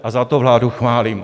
A za to vládu chválím.